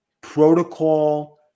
protocol